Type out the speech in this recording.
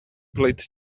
played